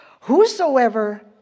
whosoever